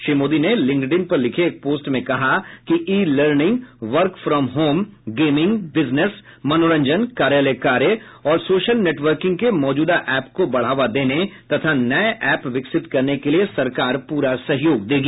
श्री मोदी ने लिंकडीन पर लिखे एक पोस्ट में कहा कि e learning work from home gaming business मनोरंजन कार्यालय कार्य और सोशल नेटवर्किंग के मौजूदाऐप को बढ़ावा देने तथा नए ऐप विकसित करने के लिए सरकार पूरा सहयोग देगी